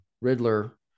Riddler